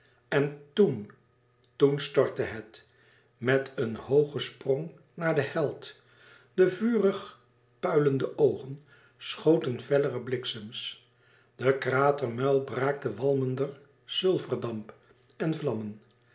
en toen toen strtte het met een hoogen sprong naar den held de vurig puilende oogen schoten fellere bliksems de kratermuil braakte walmender sulferdamp en vlammen